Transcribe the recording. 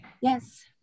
Yes